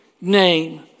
name